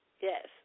Yes